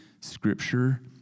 scripture